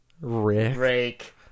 Rake